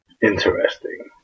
Interesting